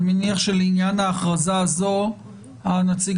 אני מניח שלעניין ההכרזה הזו הנציג